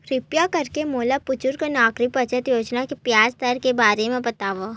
किरपा करके मोला बुजुर्ग नागरिक बचत योजना के ब्याज दर के बारे मा बतावव